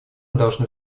должны